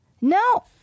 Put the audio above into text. No